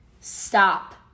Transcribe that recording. Stop